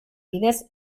bidez